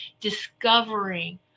discovering